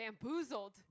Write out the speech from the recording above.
bamboozled